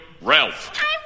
Ralph